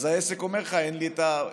אז העסק אומר לך אין לי עובדים.